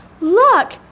Look